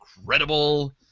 incredible